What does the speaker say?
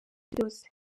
byose